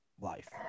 life